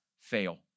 fail